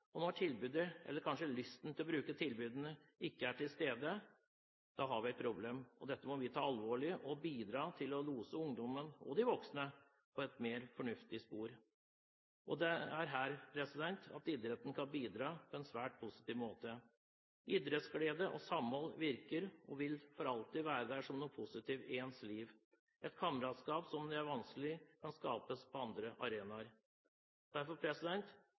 og når tilbudet, eller kanskje lysten til å bruke tilbudene, ikke er til stede, har vi et problem. Dette må vi ta alvorlig, og bidra til å lose ungdommen – og de voksne – inn på et mer fornuftig spor. Det er her idretten kan bidra på en svært positiv måte. Idrettsglede og samhold vil for alltid være der som noe positivt i ens liv – et kameratskap som vanskelig kan skapes på andre